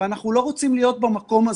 ואנחנו לא רוצים להיות במקום הזה.